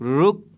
ruk